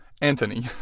Anthony